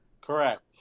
Correct